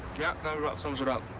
yeah that about sums it up.